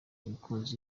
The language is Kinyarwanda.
abakunzi